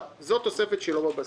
זאת תוספת שהיא לא בבסיס.